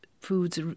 foods